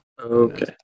Okay